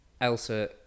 Elsa